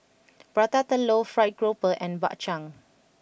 Prata Telur Fried Grouper and Bak Chang